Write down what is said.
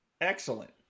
Excellent